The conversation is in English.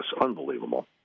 unbelievable